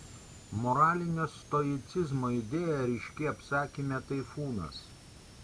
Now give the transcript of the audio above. moralinio stoicizmo idėja ryški apsakyme taifūnas